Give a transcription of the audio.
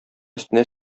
өстенә